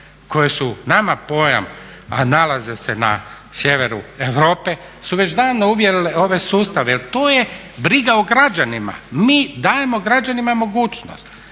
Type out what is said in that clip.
koje su nama pojam, a nalaze se na sjeveru Europe su već davno uvele ove sustave jer to je briga o građanima. Mi dajemo građanima mogućnost.